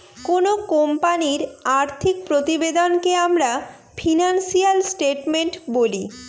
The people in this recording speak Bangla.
কোনো কোম্পানির আর্থিক প্রতিবেদনকে আমরা ফিনান্সিয়াল স্টেটমেন্ট বলি